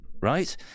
right